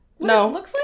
No